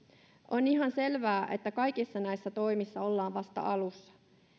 on ihan selvää että kaikissa näissä toimissa ollaan vasta alussa